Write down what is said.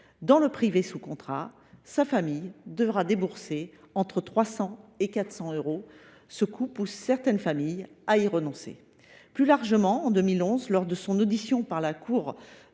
Dans le privé sous contrat, sa famille devra débourser entre 300 et 400 euros. Ce coût pousse certaines familles à y renoncer. Plus largement, en 2011, lors de son audition par la Cour